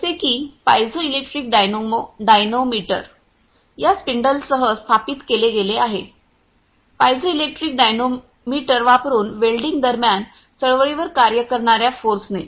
जसे की piezoelectric dynamometer या स्पिंडल्ससह स्थापित केले गेले आहे रिफर टाइम 1714 पायझोइलेक्ट्रिक डायनोमीटर वापरुन वेल्डिंग दरम्यान चळवळीवर कार्य करणार्या फोर्सने